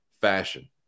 fashion